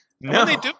No